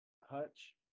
hutch